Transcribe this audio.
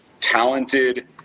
talented